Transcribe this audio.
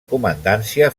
comandància